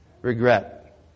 regret